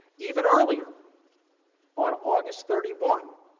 even earlier on august thirty one,